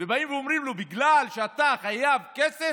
באים ואומרים לו: בגלל שאתה חייב כסף